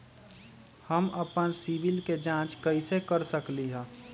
हम अपन सिबिल के जाँच कइसे कर सकली ह?